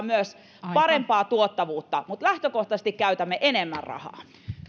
myös parempaa tuottavuutta mutta lähtökohtaisesti käytämme enemmän rahaa